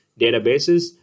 databases